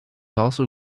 also